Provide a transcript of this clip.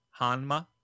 hanma